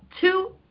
two